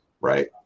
right